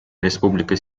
республика